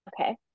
Okay